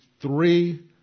three